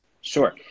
Sure